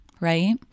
right